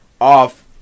off